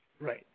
Right